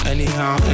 Anyhow